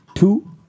Two